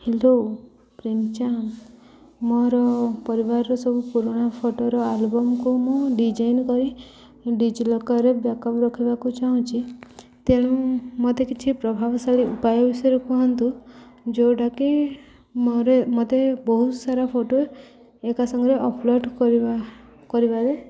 hello ମୋର ପରିବାରର ସବୁ ପୁରୁଣା ଫଟୋର ଆଲବମ୍କୁ ମୁଁ ଡିଜାଇନ୍ କରି ଡି ଜି ଲକର୍ରେ ବ୍ୟାକ୍ ଅପ୍ ରଖିବାକୁ ଚାହୁଁଛି ତେଣୁ ମୋତେ କିଛି ପ୍ରଭାବଶାଳୀ ଉପାୟ ବିଷୟରେ କୁହନ୍ତୁ ଯେଉଁଟାକି ମୋତେ ବହୁତ ସାରା ଫଟୋ ଏକାସଙ୍ଗରେ ଅପଲୋଡ଼୍ କରିବା କରିବାରେ